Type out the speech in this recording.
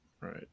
Right